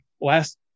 last